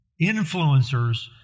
influencers